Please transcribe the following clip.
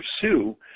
pursue